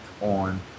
on